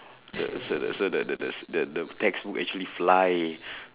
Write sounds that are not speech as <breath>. so that so that the the s~ the the textbook actually fly <breath>